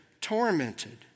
tormented